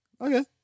Okay